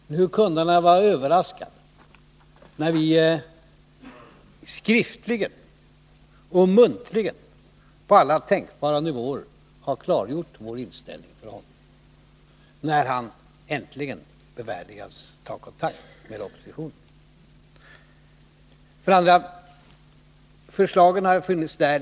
Men hur kunde han vara överraskad, när vi skriftligen och muntligen på alla tänkbara nivåer har klargjort vår inställning för honom, sedan han äntligen hade värdigats ta kontakt med oppositionen? För det andra sade han att förslagen förelegat i tre veckor.